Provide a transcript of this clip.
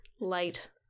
light